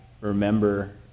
remember